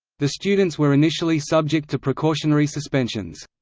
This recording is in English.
the students were initially subject to precautionary suspensions.